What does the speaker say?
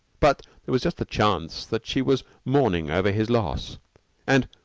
but there was just the chance that she was mourning over his loss and,